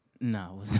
No